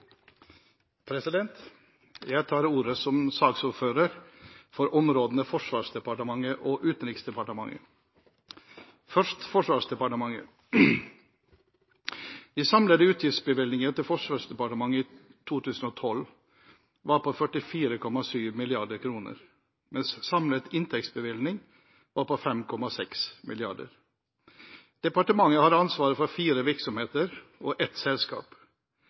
samfunn. Jeg tar ordet som saksordfører for områdene Forsvarsdepartementet og Utenriksdepartementet. Først Forsvarsdepartementet: De samlede utgiftsbevilgninger til Forsvarsdepartementet i 2012 var på 44,7 mrd. kr, mens samlet inntektsbevilgning var på 5,6 mrd. kr. Departementet har ansvaret for fire virksomheter og ett selskap.